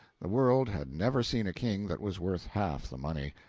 the world had never seen a king that was worth half the money,